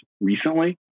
recently